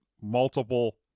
multiple